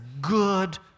good